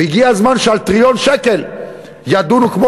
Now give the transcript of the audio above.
והגיע הזמן שעל טריליון שקל ידונו כמו